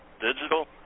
digital